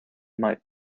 might